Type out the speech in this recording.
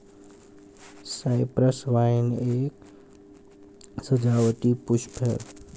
Cyprus vine एक सजावटी पुष्प है